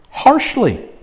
harshly